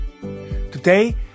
Today